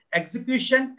execution